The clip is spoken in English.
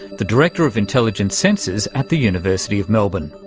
the director of intelligent sensors at the university of melbourne.